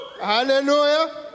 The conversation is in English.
Hallelujah